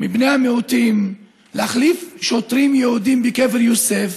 מבני המיעוטים להחליף שוטרים יהודים בקבר יוסף